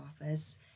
office